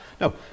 no